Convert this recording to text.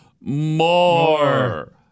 more